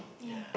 yeah